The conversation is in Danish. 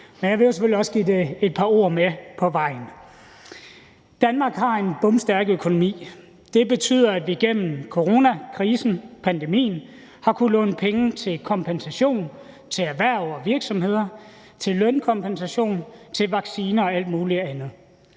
selvfølgelig også give det et par ord med på vejen. Danmark har en bomstærk økonomi, og det betyder, at vi igennem coronakrisen, pandemien, har kunnet låne penge til kompensation til erhverv og virksomheder, til lønkompensation, til vacciner og alt muligt andet.